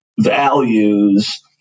values